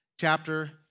chapter